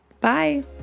Bye